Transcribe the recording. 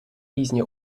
різні